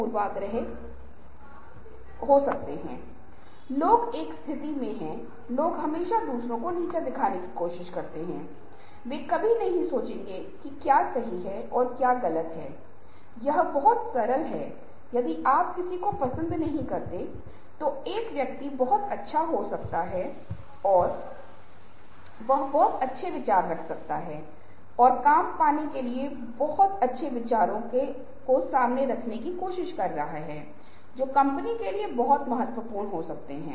ताकि तनाव ना हो आम तौर पर लोग मुश्किल से शुरू होते हैं ताकि तनाव ना हो या अगर आप नौकरी से बहुत असहज हैं या आप उस काम से बहुत सहज महसूस नहीं कर रहे हैं जो आपको सौंपा गया है तो सबसे सरल तरीके से शुरू करें ताकि यह आपके आत्मविश्वास का निर्माण करे और फिर आप नौकरी करने में कठिनाई के स्तर को बढ़ा सकते हैं